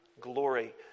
glory